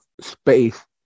space